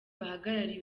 bahagarariye